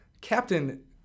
Captain